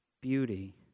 beauty